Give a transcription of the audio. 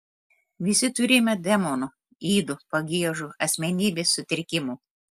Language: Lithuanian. visi turime demonų ydų pagiežų asmenybės sutrikimų